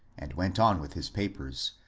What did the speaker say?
and went on with his papers,